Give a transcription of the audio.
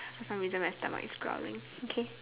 for some reason my stomach is growling okay